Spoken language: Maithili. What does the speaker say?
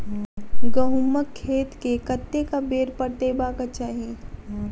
गहुंमक खेत केँ कतेक बेर पटेबाक चाहि?